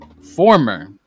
former